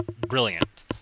brilliant